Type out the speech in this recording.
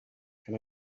can